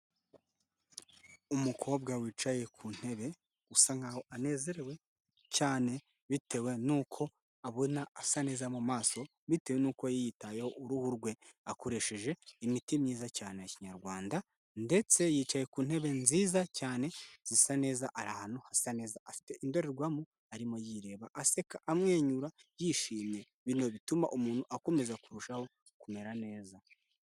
Umukobwa wicaye ku ntebe usa nkaho anezerewe cyane bitewe nuko abona asa neza mu maso bitewe nuko yiyitayeho uruhu rwe akoresheje imiti myiza cyane ya kinyarwanda ndetse yicaye ku ntebe nziza cyane zisa neza, ari ahantu hasa neza afite indorerwamo arimo yireba aseka amwenyura yishimye ibintu bituma umuntu akomeza kurushaho kumera neza.